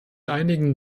einigen